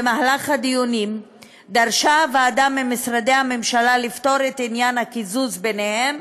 במהלך הדיונים דרשה הוועדה ממשרדי הממשלה לפתור את עניין הקיזוז ביניהם